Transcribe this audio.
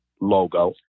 logo